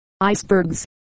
icebergs